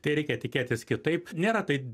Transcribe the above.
tai reikia tikėtis kitaip nėra tai